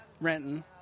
Renton